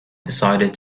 decided